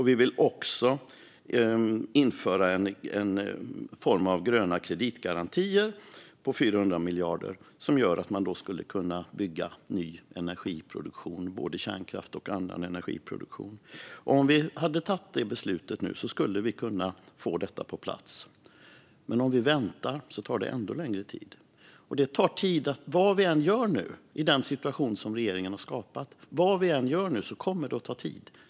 Vi vill också införa en form av gröna kreditgarantier på 400 miljarder som gör att man skulle kunna bygga ny energiproduktion, både kärnkraft och annan energiproduktion. Om vi hade tagit detta beslut nu skulle vi ha kunnat få detta på plats, men om vi väntar tar det ännu längre tid. Vad vi än gör nu, i den situation som regeringen har skapat, kommer det att ta tid.